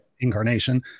incarnation